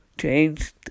changed